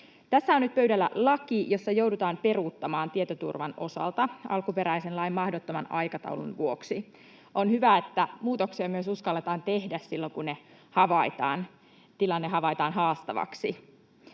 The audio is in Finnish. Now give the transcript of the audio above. Tässä on nyt pöydällä laki, jossa joudutaan peruuttamaan tietoturvan osalta alkuperäisen lain mahdottoman aikataulun vuoksi. On hyvä, että muutoksia myös uskalletaan tehdä silloin, kun tilanne havaitaan haastavaksi.